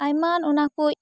ᱟᱭᱢᱟᱱ ᱚᱱᱟᱠᱩᱡ